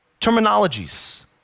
terminologies